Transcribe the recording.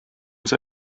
see